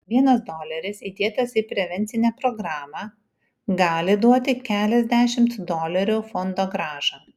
vienas doleris įdėtas į prevencinę programą gali duoti keliasdešimt dolerių fondogrąžą